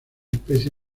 especie